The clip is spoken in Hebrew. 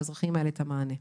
לאזרחים האלה, את המענה.